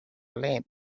limp